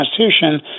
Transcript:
Constitution